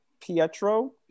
Pietro